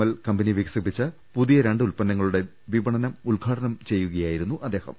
L company വികസിപ്പിച്ച പുതിയ രണ്ട് ഉത്പന്നങ്ങളുടെ വിപണനോദ്ഘാടനം നിർവഹിക്കുകയായിരുന്നു അദ്ദേഹം